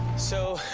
so,